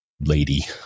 lady